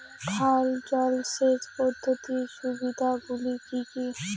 খাল জলসেচ পদ্ধতির সুবিধাগুলি কি কি?